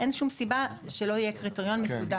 אין שום סיבה לכך שלא יהיה קריטריון מסודר.